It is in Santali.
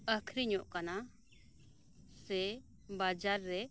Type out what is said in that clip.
ᱟᱹᱠᱷᱨᱤᱧᱚᱜ ᱠᱟᱱᱟ ᱥᱮ ᱵᱟᱡᱟᱨ ᱨᱮ